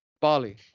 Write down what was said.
bali